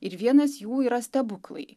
ir vienas jų yra stebuklai